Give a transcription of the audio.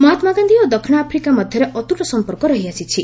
ମହାତ୍ମା ଗାନ୍ଧୀ ଓ ଦକ୍ଷିଣ ଆଫ୍ରିକା ମଧ୍ୟରେ ଅତୁଟ ସଂପର୍କ ରହିଆସିଛି